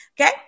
okay